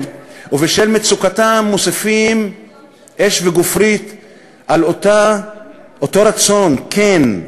ובשל מצוקתם מוסיפים אש וגופרית על אותו רצון כן,